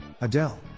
Adele